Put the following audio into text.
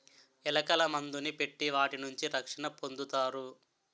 ఎలకల మందుని పెట్టి వాటి నుంచి రక్షణ పొందుతారు